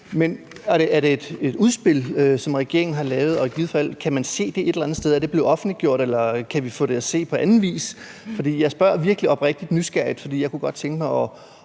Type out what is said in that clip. Men er det et udspil, som regeringen har lavet, og kan man i givet fald se det et eller andet sted? Er det blevet offentliggjort, eller kan vi få det at se på anden vis? Jeg spørger virkelig oprigtig nysgerrigt, for jeg kunne godt tænke mig